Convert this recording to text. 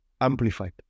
Amplified